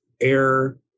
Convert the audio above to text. air